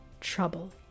trouble